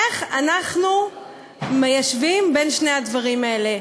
איך אנחנו מיישבים בין שני הדברים האלה?